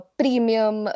premium